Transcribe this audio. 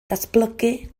datblygu